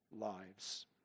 lives